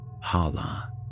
Hala